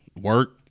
Work